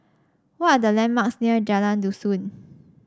what are the landmarks near Jalan Dusun